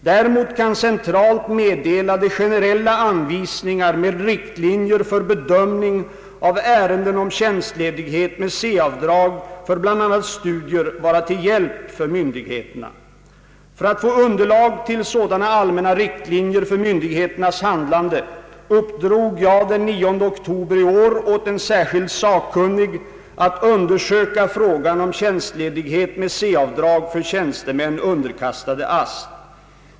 Däremot kan centralt meddelade generella anvisningar med riktlinjer för bedömning av ärenden om tjänstledighet med C-avdrag för bl.a. studier vara till hjälp för myndigheterna. För att få underlag till sådana allmänna riktlinjer för myndigheternas handlande uppdrog jag den 9 oktober i år åt en särskild sakkunnig att undersöka frågan om tjänstledighet med C-avdrag för tjänstemän underkastade AST.